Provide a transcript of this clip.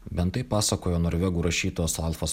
bent taip pasakojo norvegų rašytojas alfas